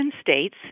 states